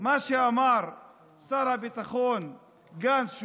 מה שאמר שר הביטחון גנץ,